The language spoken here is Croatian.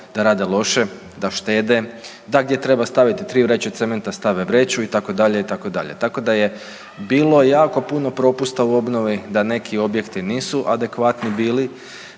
da rade loše, da štede, da gdje treba staviti 3 vreće cementa stave vreću itd., itd. tako da je bilo jako puno propusta u obnovi da neki objekti nisu adekvatni bili,